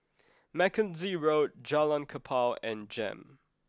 Mackenzie Road Jalan Kapal and Jem